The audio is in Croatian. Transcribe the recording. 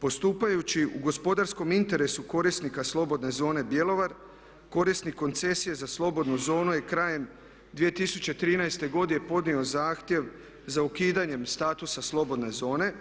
Postupajući u gospodarskom interesu korisnika slobodne zone Bjelovar, korisnik koncesije za slobodnu zonu je krajem 2013. godine podnio zahtjev za ukidanjem statusa slobodne zone